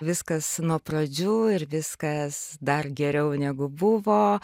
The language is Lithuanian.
viskas nuo pradžių ir viskas dar geriau negu buvo